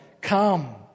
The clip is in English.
come